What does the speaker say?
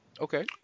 Okay